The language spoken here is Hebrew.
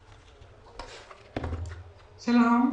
שלום.